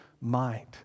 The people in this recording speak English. mind